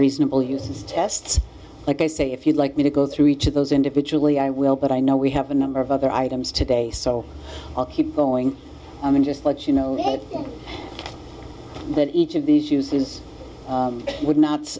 reasonable uses tests like i say if you'd like me to go through each of those individually i will but i know we have a number of other items today so i'll keep going on and just let you know that each of these uses would not